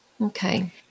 Okay